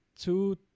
Two